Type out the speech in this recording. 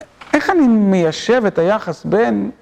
איך אני מיישב את היחס בין...